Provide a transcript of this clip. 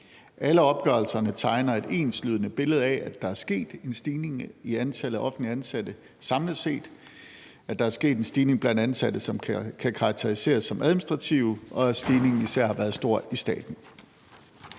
Alle opgørelserne tegner et enslydende billede af, at der er sket en stigning i antallet af offentligt ansatte samlet set, at der er sket en stigning blandt ansatte, som kan karakteriseres som administrative, og at stigningen især har været stor i staten.